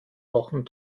wochen